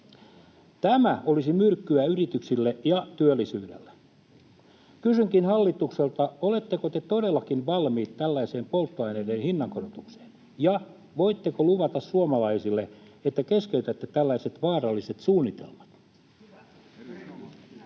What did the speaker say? Tämä olisi myrkkyä yrityksille ja työllisyydelle. Kysynkin hallitukselta: oletteko te todellakin valmiit tällaiseen polttoaineiden hinnankorotukseen, ja voitteko luvata suomalaisille, että keskeytätte tällaiset vaaralliset suunnitelmat? Ministeri